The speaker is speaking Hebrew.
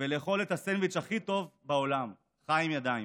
ולאכול את הסנדוויץ' הכי טוב בעולם, חיים ידיים.